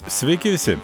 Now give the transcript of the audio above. sveiki visi